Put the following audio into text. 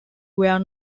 where